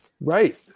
Right